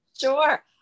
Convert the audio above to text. Sure